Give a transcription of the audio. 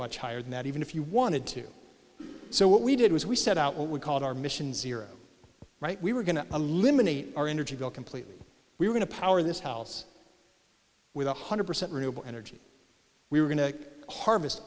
much higher than that even if you wanted to so what we did was we set out what we called our mission zero right we were going to eliminate our energy bill completely we're going to power this house with one hundred percent renewable energy we were going to harvest